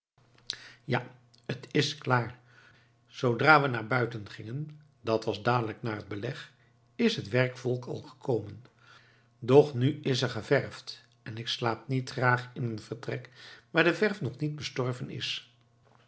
ja het is klaar zoodra we naar buiten gingen dat was dadelijk na het beleg is het werkvolk al gekomen doch nu is er geverfd en ik slaap niet graag in een vertrek waar de verf nog niet bestorven is